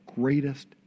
greatest